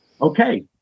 okay